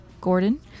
gordon